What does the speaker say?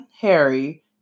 Harry